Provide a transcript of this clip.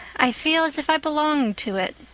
i feel as if i belonged to it.